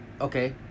okay